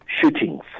shootings